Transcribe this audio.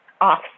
off